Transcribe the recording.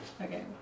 Okay